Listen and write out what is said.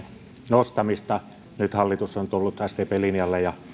nostamista nyt hallitus on tullut sdpn linjalle ja